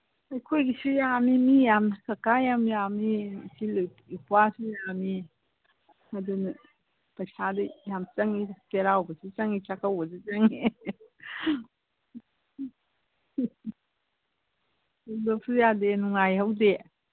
ꯑꯩꯈꯣꯏꯒꯤꯁꯤ ꯌꯥꯝꯃꯤ ꯃꯤ ꯌꯥꯝꯅ ꯀꯥ ꯀꯥ ꯌꯥꯝ ꯌꯥꯝꯃꯤ ꯏꯆꯤꯜ ꯏꯄ꯭ꯋꯥꯁꯨ ꯌꯥꯝꯃꯤ ꯑꯗꯨꯅ ꯄꯩꯁꯥꯗꯤ ꯌꯥꯝ ꯆꯪꯉꯤꯗ ꯆꯥꯔꯥꯎꯕꯒꯤ ꯆꯪꯉꯤꯁꯦ ꯆꯥꯛꯀꯧꯕꯁꯨ ꯆꯪꯉꯤ ꯊꯤꯟꯗꯧꯁꯨ ꯌꯥꯗꯦ ꯅꯨꯡꯉꯥꯏꯍꯧꯗꯦ